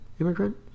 immigrant